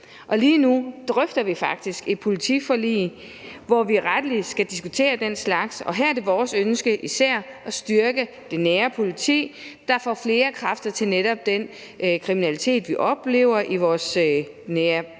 Lige nu drøfter vi faktisk et politiforlig, hvor vi rettelig skal diskutere den slags, og her er det vores ønske især at styrke det nære politi, så det får flere kræfter til forhindre netop den kriminalitet, vi oplever i vores hverdag